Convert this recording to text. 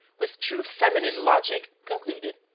with true feminine logic, concluded,